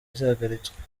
zihagaritswe